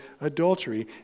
adultery